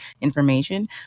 information